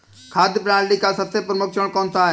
खाद्य प्रणाली का सबसे प्रमुख चरण कौन सा है?